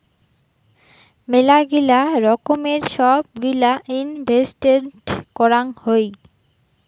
মেলাগিলা রকমের সব গিলা ইনভেস্টেন্ট করাং হই